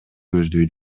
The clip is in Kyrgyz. көздөй